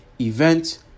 event